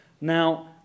Now